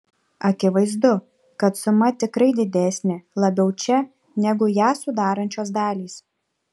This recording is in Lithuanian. akivaizdu kad suma tikrai didesnė labiau čia negu ją sudarančios dalys